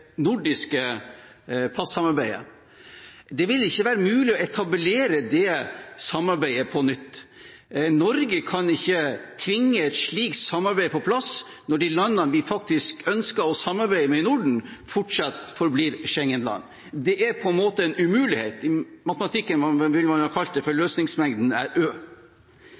nordiske passamarbeidet. Det vil ikke være mulig å etablere det samarbeidet på nytt. Norge kan ikke tvinge et slikt samarbeid på plass når de landene vi faktisk ønsker å samarbeide med i Norden, fortsatt forblir Schengen-land. Det er på en måte en umulighet – i matematikken ville man ha sagt at løsningsmengden er Ø.